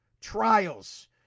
trials